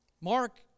Mark